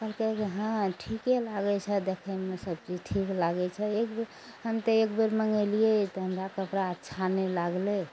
कहलकइ जे हँ ठीके लागय छै देखयमे सब चीज ठीक लागय छै एक बेर हम तऽ एक बेर मँगेलियै तऽ हमरा कपड़ा अच्छा नहि लागलइ